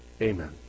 Amen